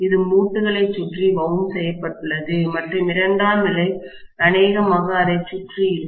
இது மூட்டுகளைச் சுற்றி வவுண்ட் செய்யப்பட்டுள்ளது மற்றும் இரண்டாம் நிலை அநேகமாக அதைச் சுற்றி இருக்கும்